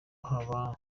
haba